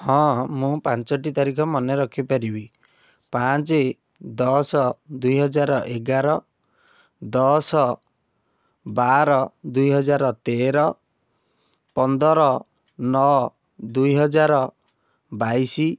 ହଁ ମୁଁ ପାଞ୍ଚଟି ତାରିଖ ମନେରଖି ପାରିବି ପାଞ୍ଚଦଶ ଦୁଇ ହଜାର ଏଗାର ଦଶବାର ଦୁଇ ହଜାର ତେର ପନ୍ଦର ନଅ ଦୁଇ ହାଜର ବାଇଶି